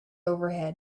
overhead